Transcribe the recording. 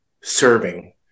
serving